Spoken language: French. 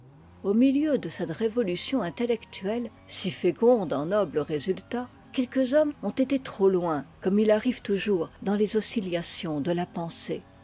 au milieu de cette révolution intellectuelle si féconde en nobles résultats quelques hommes ont été trop loin comme il arrive toujours dans les oscillations de la pensée